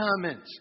comments